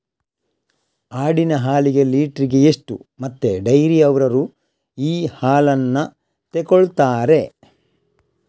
ಆಡಿನ ಹಾಲಿಗೆ ಲೀಟ್ರಿಗೆ ಎಷ್ಟು ಮತ್ತೆ ಡೈರಿಯವ್ರರು ಈ ಹಾಲನ್ನ ತೆಕೊಳ್ತಾರೆ?